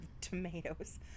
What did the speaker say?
tomatoes